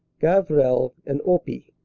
gavrelle and oppy,